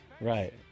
Right